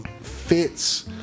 fits